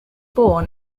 born